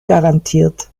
garantiert